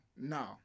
No